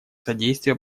содействия